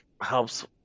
helps –